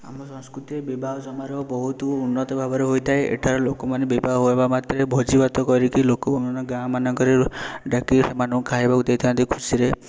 ଆମ ସଂସ୍କୃତିରେ ବିବାହ ସମୟରେ ବହୁତ ଉନ୍ନତ ଭାବରେ ହୋଇଥାଏ ଏଠାରେ ଲୋକମାନେ ବିବାହ ହେବା ମାତ୍ରେ ଭୋଜିଭାତ କରିକି ଲୋକମାନେ ଗାଁମାନଙ୍କରେ ଡ଼ାକି ସେମାନଙ୍କୁ ଖାଇବାକୁ ଦେଇଥାନ୍ତି ଖୁସିରେ